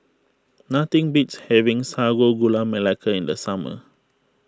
nothing beats having Sago Gula Melaka in the summer